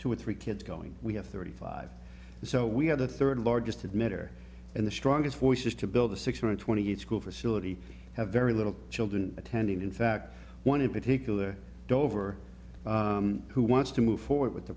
two or three kids going we have thirty five so we have the third largest admit or in the strongest voices to build the six hundred twenty eight school facility have very little children attending in fact one in particular dover who wants to move forward with the